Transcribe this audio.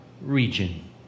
region